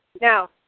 now